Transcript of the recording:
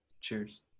cheers